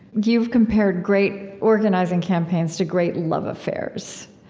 you've compared great organizing campaigns to great love affairs.